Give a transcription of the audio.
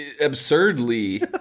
absurdly